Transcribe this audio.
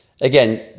again